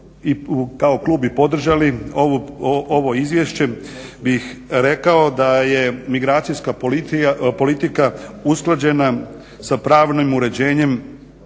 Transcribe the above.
i kako klub i podržali ovo izvješće, bih rekao da je migracijska politika usklađena s pravnim uređenjem